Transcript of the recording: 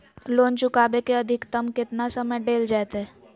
Loan चुकाबे के अधिकतम केतना समय डेल जयते?